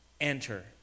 enter